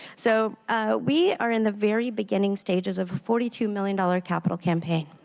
so we are in the very beginning stages of a forty two million dollars capital campaign.